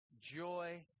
joy